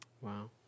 Wow